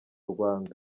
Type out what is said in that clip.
rwanda